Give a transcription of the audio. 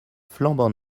flambant